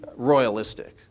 royalistic